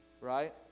Right